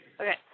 Okay